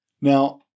Now